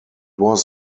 was